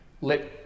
let